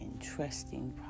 interesting